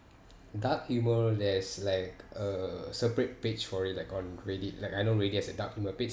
dark humour there's like uh separate page for it like on reddit like I know reddit has a dark humour page